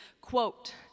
Quote